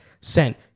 sent